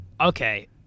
okay